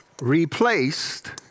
replaced